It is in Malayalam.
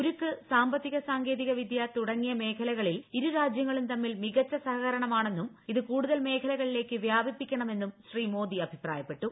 ഉരുക്ക് സാമ്പത്തിക സാങ്കേതികവിദ്യ തുടങ്ങിയ മേഖലകളിൽ ഇരു രാജ്യങ്ങളും തമ്മിൽ മികച്ച സഹകരണമാണെന്നും ഇത് കൂടുതൽ മേഖലകളിലേക്ക് വ്യാപിപ്പിക്കണമെന്നും ശ്രീ മോദി അഭിപ്രായപ്പെട്ടു